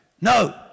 No